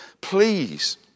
Please